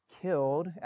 killed